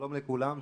שלום לכולם.